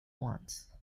wants